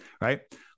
right